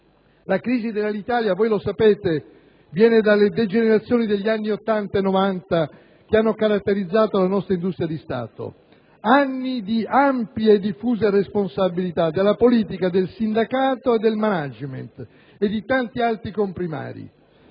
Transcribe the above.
La crisi dell'Alitalia - lo sapete - viene dalle degenerazioni degli anni Ottanta e Novanta, che hanno caratterizzato la nostra industria di Stato, anni di ampie e diffuse responsabilità della politica, del sindacato, del *management* e di tanti altri comprimari,